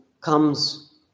comes